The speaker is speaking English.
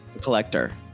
collector